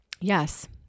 yes